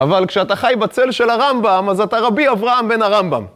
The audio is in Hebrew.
אבל כשאתה חי בצל של הרמב״ם אז אתה רבי אברהם בין הרמב״ם